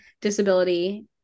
disability